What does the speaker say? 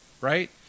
Right